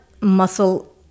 muscle